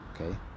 Okay